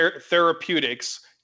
Therapeutics